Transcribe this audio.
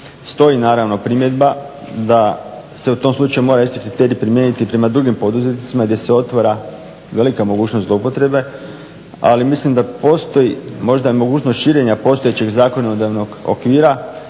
Stoji naravno primjedba da se o tom slučaju mora isti kriterij primijeniti prema drugim poduzetnicima gdje se otvara velika mogućnost zloupotrebe ali mislim da postoji možda mogućnost širenja postojećeg zakonodavnog okvira